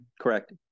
Correct